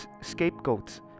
scapegoats